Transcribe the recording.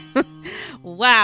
Wow